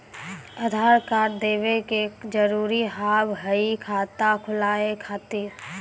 आधार कार्ड देवे के जरूरी हाव हई खाता खुलाए खातिर?